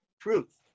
truth